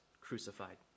crucified